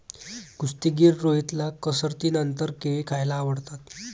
कुस्तीगीर रोहितला कसरतीनंतर केळी खायला आवडतात